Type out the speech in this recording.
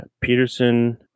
Peterson